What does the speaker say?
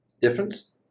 Difference